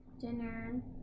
dinner